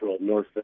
north